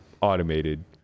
automated